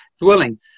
dwelling